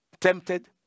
tempted